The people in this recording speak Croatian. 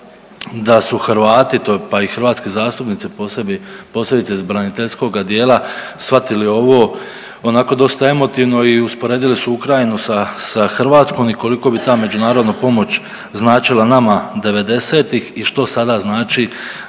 da su Hrvati pa i hrvatski zastupnici posebice s braniteljskoga dijela shvatili ovo onako dosta emotivno i usporedili su Ukrajinu sa Hrvatskom i koliko bi ta međunarodna pomoć značila nama devedesetih i što sada znači